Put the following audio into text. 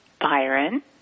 Byron